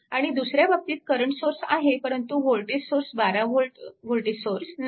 आणि दुसऱ्या बाबतीत करंट सोर्स आहे परंतु voltage source 12 V voltage source नाही